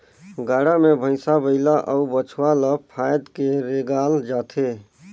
गाड़ा मे भइसा बइला अउ बछवा ल फाएद के रेगाल जाथे